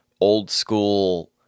old-school